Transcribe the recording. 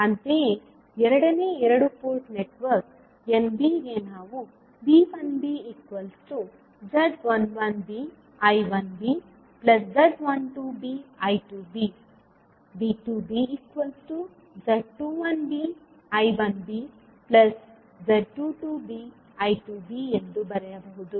ಅಂತೆಯೇ ಎರಡನೇ ಎರಡು ಪೋರ್ಟ್ ನೆಟ್ವರ್ಕ್ N b ಗೆ ನಾವು V1bz11bI1bz12bI2b V2bz21bI1bz22bI2b ಎಂದು ಬರೆಯಬಹುದು